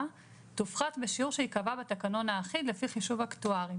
תופחת בשיעור שייקבע בתקנון האחיד לפי חישוב אקטוארי.